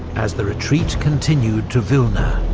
as the retreat continued to vilna,